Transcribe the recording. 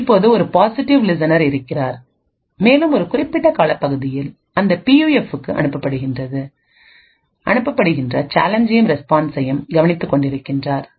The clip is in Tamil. இப்போது ஒரு பாசிவ் லிஸ்னர் இருக்கிறார் மேலும் ஒரு குறிப்பிட்ட காலப்பகுதியில் அந்த பியூஎஃப்புக்கு அனுப்பப்படுகின்ற சேலஞ்சையும் ரெஸ்பான்ஸையும் கவனித்துக் கொண்டிருக்கிறார்